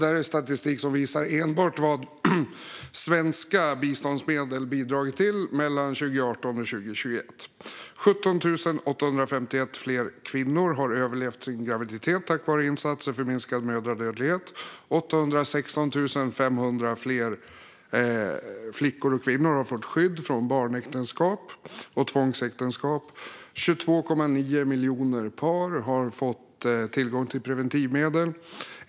Det här är statistik som enbart visar vad svenska biståndsmedel har bidragit till mellan 2018 och 2021. 17 851 fler kvinnor har överlevt sin graviditet tack vare insatser för minskad mödradödlighet. 816 500 fler flickor och kvinnor har fått skydd från barnäktenskap och tvångsäktenskap. 22,9 miljoner par har fått tillgång till preventivmedel.